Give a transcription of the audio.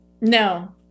No